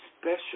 special